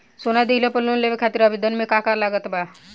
सोना दिहले पर लोन लेवे खातिर आवेदन करे म का का लगा तऽ?